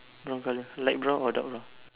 brown colour light brown or dark brown